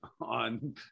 on